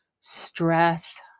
stress